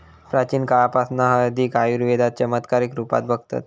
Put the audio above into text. प्राचीन काळापासना हळदीक आयुर्वेदात चमत्कारीक रुपात बघतत